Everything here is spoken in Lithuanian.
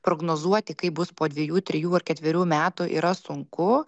prognozuoti kaip bus po dviejų trijų ar ketverių metų yra sunku